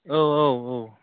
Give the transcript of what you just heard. औ औ औ